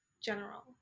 general